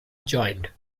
joined